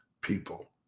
people